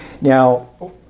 Now